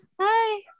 Hi